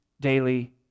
daily